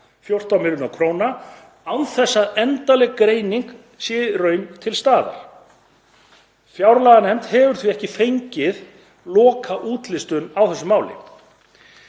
kr. án þess að endanleg greining í raun sé til staðar. Fjárlaganefnd hefur því ekki fengið lokaútlistun á þessu máli.